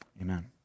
Amen